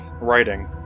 writing